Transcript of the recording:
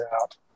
out